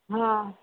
हा